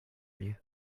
you